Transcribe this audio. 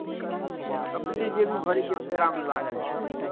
हुँ हुँ हुँ अपने जेबी भरैके फेरामे लागल छै